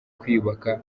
kwiyubaka